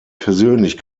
persönlich